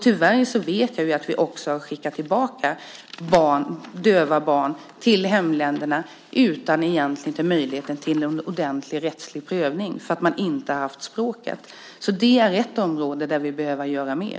Tyvärr vet jag att vi också har skickat tillbaka döva barn till hemländerna utan en egentlig möjlighet till en ordentlig rättslig prövning eftersom de inte har haft språket. Det är ett område där vi behöver göra mer.